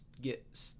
get